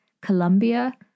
Colombia